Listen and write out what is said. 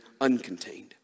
uncontained